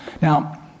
Now